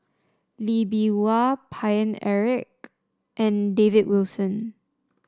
Lee Bee Wah Paine Eric and David Wilson